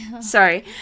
Sorry